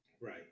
Right